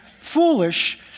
foolish